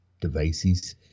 devices